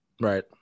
Right